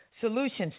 solutions